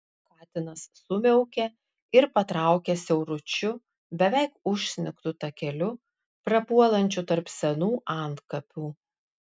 katinas sumiaukė ir patraukė siauručiu beveik užsnigtu takeliu prapuolančiu tarp senų antkapių